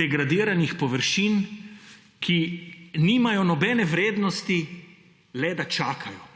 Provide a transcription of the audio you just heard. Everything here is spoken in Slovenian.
degradiranih površin, ki nimajo nobene vrednosti, le da čakajo.